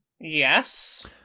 Yes